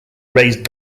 raised